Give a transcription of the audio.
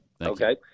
Okay